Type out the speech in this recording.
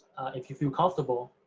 if you feel comfortable,